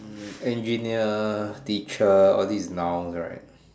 hmm engineer teacher all this noun right